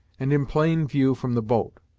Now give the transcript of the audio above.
and in plain view from the boat.